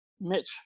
Mitch